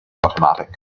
automatic